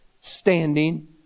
standing